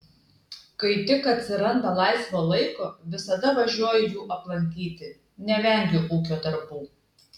kai tik atsiranda laisvo laiko visada važiuoju jų aplankyti nevengiu ūkio darbų